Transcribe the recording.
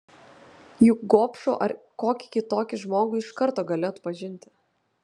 juk gobšų ar kokį kitokį žmogų iš karto gali atpažinti